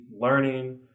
learning